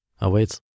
awaits